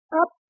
up